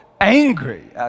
angry